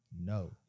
no